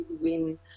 win